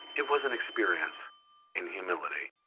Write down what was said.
it was an experience in humility